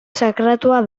sakratua